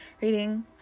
reading